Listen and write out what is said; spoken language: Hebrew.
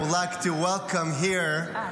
I would like to welcome here this